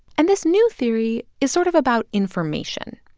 and this new theory is sort of about information.